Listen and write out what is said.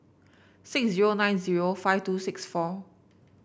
six zero nine zero five two six four